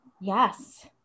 Yes